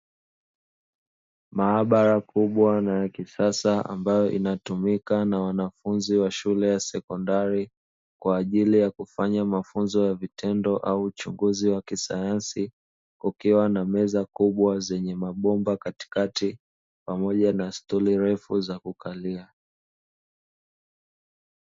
Maabara kubwa na ya kisasa ambayo inatumika na wanafunzi wa shule ya sekondari kwa ajili ya kufanya mafunzo ya vitendo au uchunguzi wa kisayansi, kukiwa na meza kubwa zenye mabomba katikati pamoja na stuli refu za kukalia.